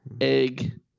egg